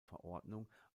verordnung